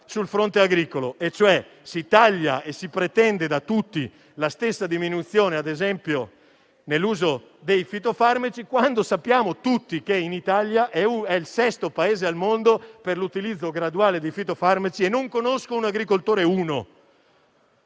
sul fronte agricolo: si taglia e si pretende da tutti la stessa diminuzione, ad esempio dell'uso dei fitofarmaci, quando sappiamo tutti che l'Italia è il sesto Paese al mondo per l'utilizzo graduale di fitofarmaci. Non conosco un solo agricoltore che